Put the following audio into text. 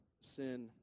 sin